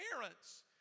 parents